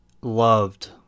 loved